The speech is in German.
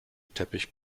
teppich